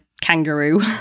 kangaroo